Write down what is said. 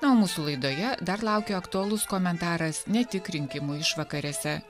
na o mūsų laidoje dar laukia aktualus komentaras ne tik rinkimų išvakarėse